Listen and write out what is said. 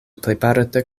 plejparte